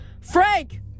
Frank